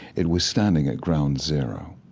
it was standing at ground zero,